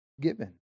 given